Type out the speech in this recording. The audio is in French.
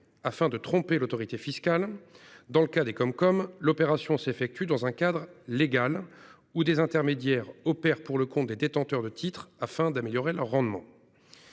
afin de tromper l'autorité fiscale. Dans le cas des CumCum, l'opération s'effectue dans un cadre légal, où des intermédiaires opèrent pour le compte des détenteurs de titres afin d'améliorer leur rendement.